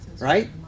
right